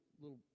little